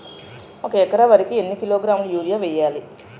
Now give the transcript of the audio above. ఒక ఎకర వరి కు ఎన్ని కిలోగ్రాముల యూరియా వెయ్యాలి?